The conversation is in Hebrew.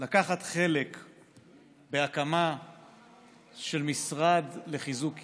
לקחת חלק בהקמה של משרד לחיזוק קהילתי.